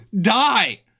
die